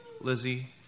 Lizzie